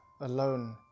alone